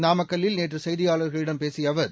நாமக்கல்லில் நேற்று செய்தியாளர்களிடம் பேசிய அவர்